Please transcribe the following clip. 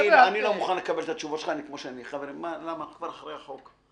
אני לא מוכן לקבל את התשובות שלך כי אנחנו כבר אחרי החוק.